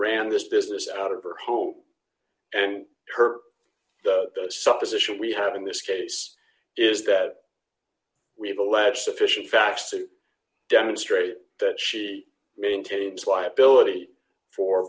ran this business out of her home and her supposition we have in this case is that we have a lab sufficient facts to demonstrate that she maintains liability for